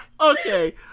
Okay